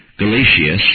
Galatius